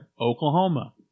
Oklahoma